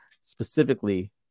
specifically